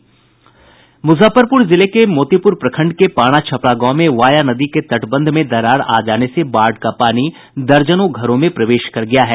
मुजफ्फरपुर जिले के मोतीपुर प्रखंड के पाना छपरा गांव में वाया नदी के तटबंध में दरार आ जाने से बाढ़ का पानी दर्जनों घरों में प्रवेश कर गया है